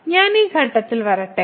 ഞാൻ ഈ ഘട്ടത്തിലേക്ക് വരട്ടെ